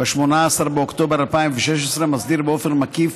ב-18 באוקטובר 2016, ומסדיר באופן מקיף